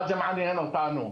מה זה מעניין אותנו,